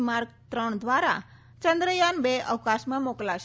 mark ત્રણ દ્વારા ચંદ્રયાન બે અવકાશમાં મોકલાશે